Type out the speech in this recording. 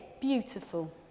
beautiful